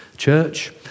church